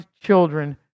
children